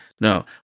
No